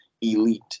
elite